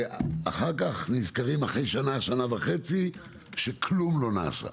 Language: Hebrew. ואחרי שנה, שנה וחצי, נזכרים שכלום לא נעשה.